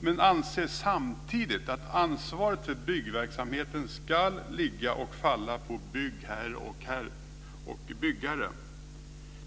men anser samtidigt att ansvaret för byggverksamheten ska falla på byggherre och byggare.